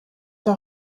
der